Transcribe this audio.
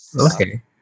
Okay